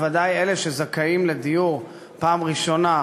בוודאי אלה שזכאים לדיור פעם ראשונה,